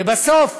ובסוף